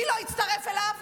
מי לא הצטרף אליו?